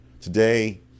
Today